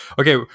okay